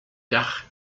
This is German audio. dach